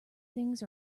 things